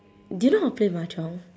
do you know how play mahjong